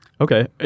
Okay